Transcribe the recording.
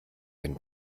den